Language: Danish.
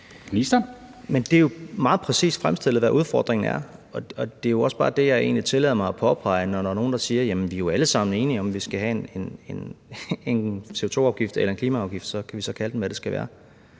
Det er jo meget præcist fremstillet, altså hvad udfordringen er. Og det er jo egentlig også bare det, jeg tillader mig at påpege, når der er nogen, der siger: Jamen vi er jo alle sammen enige om, at vi skal have en CO2-afgift eller en klimaafgift – vi kan kalde den, hvad det skal være.